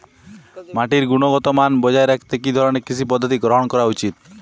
মাটির গুনগতমান বজায় রাখতে কি ধরনের কৃষি পদ্ধতি গ্রহন করা উচিৎ?